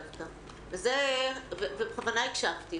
ובכוונה הקשבתי,